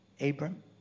Abram